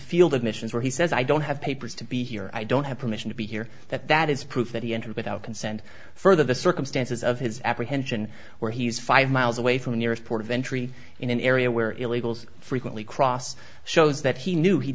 field admissions where he says i don't have papers to be here i don't have permission to be here that that is proof that he entered without consent for the circumstances of his apprehension where he is five miles away from the nearest port of entry in an area where illegals frequently cross shows that he knew he